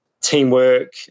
teamwork